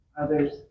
others